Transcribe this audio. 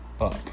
up